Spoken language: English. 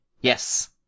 yes